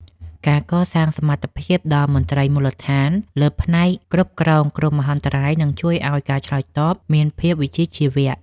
ការកសាងសមត្ថភាពដល់មន្ត្រីមូលដ្ឋានលើផ្នែកគ្រប់គ្រងគ្រោះមហន្តរាយនឹងជួយឱ្យការឆ្លើយតបមានភាពវិជ្ជាជីវៈ។